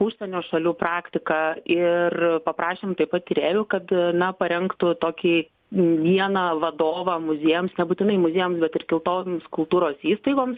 užsienio šalių praktika ir paprašėm taip pat tyrėjų kad na parengtų tokį vieną vadovą muziejams nebūtinai muziejams bet ir kitomis kultūros įstaigoms